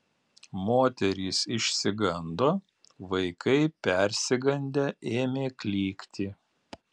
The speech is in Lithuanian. moterys išsigando vaikai persigandę ėmė klykti